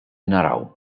naraw